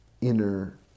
inner